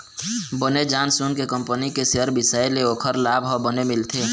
बने जान सून के कंपनी के सेयर बिसाए ले ओखर लाभ ह बने मिलथे